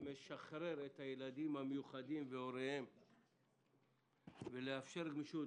את הילדים המיוחדים והוריהם ומאפשר גמישות,